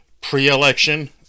pre-election